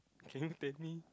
can you tag me